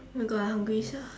oh my god I hungry sia